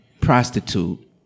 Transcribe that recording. prostitute